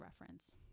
reference